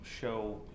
show